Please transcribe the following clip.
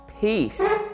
peace